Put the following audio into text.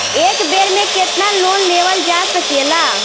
एक बेर में केतना लोन लेवल जा सकेला?